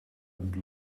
and